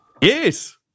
Yes